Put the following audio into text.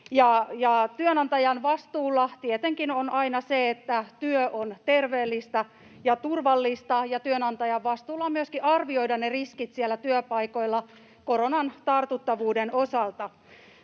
Työnantajan vastuulla tietenkin on aina se, että työ on terveellistä ja turvallista, ja työnantajan vastuulla on myöskin arvioida ne riskit siellä työpaikoilla koronan tartuttavuuden osalta.